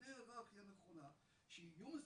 שיבנה היררכיה נכונה, שיהיו מסונכרנים,